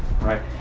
right